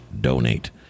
donate